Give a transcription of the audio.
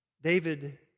David